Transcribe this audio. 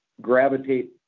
gravitate